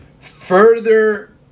further